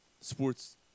sports